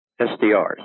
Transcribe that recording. SDRs